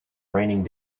raining